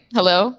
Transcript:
Hello